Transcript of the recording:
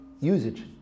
usage